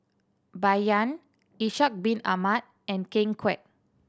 Bai Yan Ishak Bin Ahmad and Ken Kwek